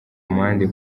amande